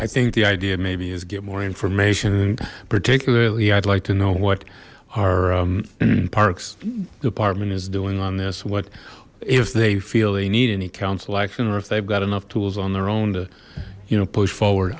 i think the idea maybe is get more information particularly i'd like to know what our parks department is doing on this what if they feel they need any council action or if they've got enough tools on their own to you know push forward